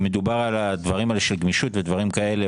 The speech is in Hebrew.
אם מדובר על הדברים האלה של גמישות ודברים כאלה,